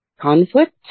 conflict